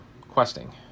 questing